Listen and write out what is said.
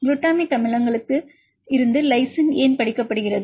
glutamic அமிலங்களுக்கு லில் இருந்து லைசின் ஏன் படிக்கப்படுகிறது